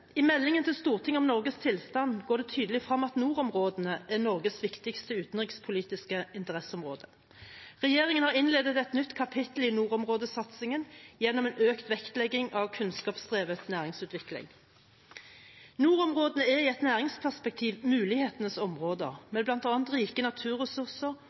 I meldingen til Stortinget om Norges tilstand går det tydelig frem at nordområdene er Norges viktigste utenrikspolitiske interesseområde. Regjeringen har innledet et nytt kapittel i nordområdesatsingen gjennom en økt vektlegging av kunnskapsdrevet næringsutvikling. Nordområdene er i et næringsperspektiv mulighetenes områder med bl.a. rike naturressurser